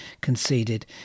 conceded